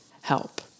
help